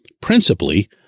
principally